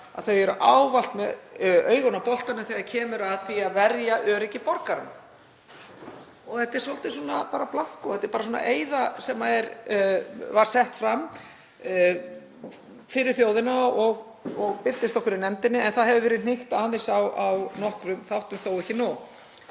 að þau séu ávallt með augun á boltanum þegar kemur að því að verja öryggi borgaranna. Þetta er svolítið blankó, þetta er bara svona eyða sem var sett fram fyrir þjóðina og birtist okkur í nefndinni en hún hefur hnykkt aðeins á nokkrum þáttum, þó ekki nóg.